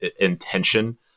intention